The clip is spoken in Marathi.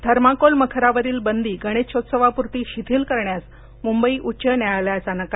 थर्माकोल मखरावरील बंदी गणेशोत्सवाप्रती शिथील करण्यास मुंबई उच्च न्यायालयाचा नकार